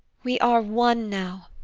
we are one now.